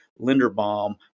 Linderbaum